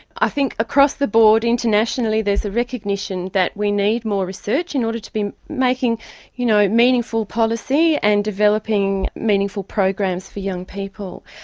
i think across-the-board internationally there is a recognition that we need more research in order to be making you know meaningful policy and developing meaningful programs for young people.